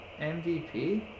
MVP